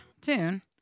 Tune